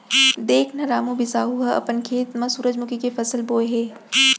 देख न रामू, बिसाहू ह अपन खेत म सुरूजमुखी के फसल बोय हे